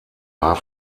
war